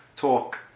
talk